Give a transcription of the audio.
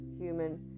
human